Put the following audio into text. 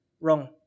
wrong